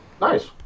Nice